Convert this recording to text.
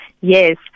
Yes